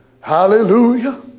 Hallelujah